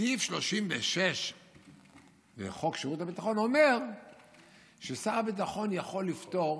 סעיף 36 לחוק שירות הביטחון אומר ששר הביטחון יכול לפטור,